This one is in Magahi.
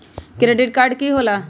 क्रेडिट कार्ड की होला?